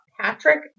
Patrick